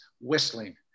whistling